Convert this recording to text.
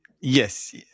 yes